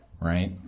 right